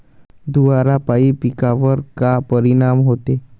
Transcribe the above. धुवारापाई पिकावर का परीनाम होते?